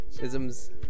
Isms